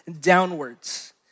downwards